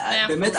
באמת,